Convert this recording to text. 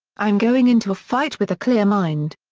i'm going into a fight with a clear mind.